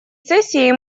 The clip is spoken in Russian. сессии